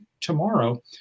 tomorrow